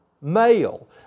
male